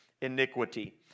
iniquity